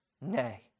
Nay